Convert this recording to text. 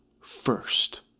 first